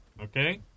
Okay